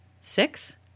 Six